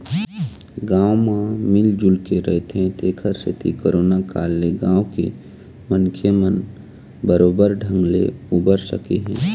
गाँव म मिल जुलके रहिथे तेखरे सेती करोना काल ले गाँव के मनखे मन बरोबर ढंग ले उबर सके हे